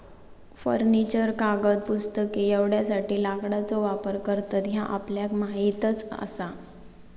furniture, कागद, पुस्तके एवढ्यासाठी लाकडाचो वापर करतत ह्या आपल्याक माहीतच आसा